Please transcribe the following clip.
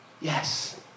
Yes